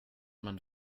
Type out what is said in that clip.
man